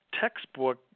textbook